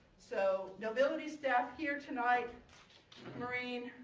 so, knowbility staff here tonight marine,